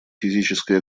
физической